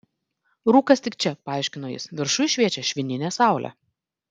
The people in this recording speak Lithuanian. rūkas tik čia paaiškino jis viršuj šviečia švininė saulė